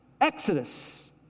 Exodus